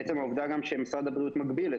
עצם העובדה גם שמשרד הבריאות מגביל את